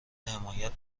حمایت